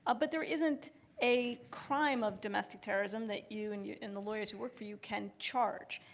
but there isn't a crime of domestic terrorism that you and you and the lawyers who work for you can charge.